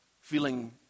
feeling